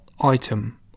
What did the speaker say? item